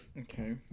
okay